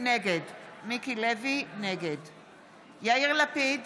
נגד יאיר לפיד,